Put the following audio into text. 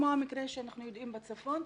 כמו המקרה שאנחנו יודעים בצפון.